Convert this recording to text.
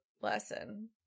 lesson